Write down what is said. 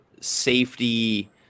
safety